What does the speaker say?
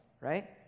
right